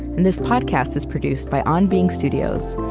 and this podcast is produced by on being studios,